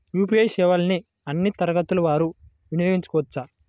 UPI సేవలని అన్నీ తరగతుల వారు వినయోగించుకోవచ్చా?